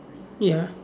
ya